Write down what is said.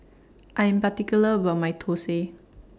I Am particular about My Thosai